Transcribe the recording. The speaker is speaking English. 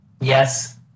Yes